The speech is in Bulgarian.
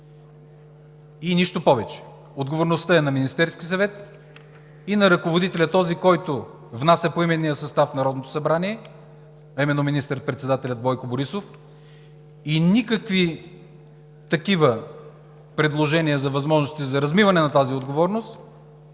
и нищо повече. Отговорността е на Министерския съвет и на ръководителя – този, който внася поименния състав в Народното събрание, а именно министър-председателят Бойко Борисов, и никакви такива предложения за възможности за размиване на отговорността